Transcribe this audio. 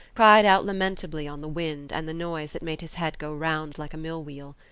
cried out lamentably on the wind and the noise that made his head go round like a millwheel.